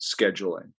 scheduling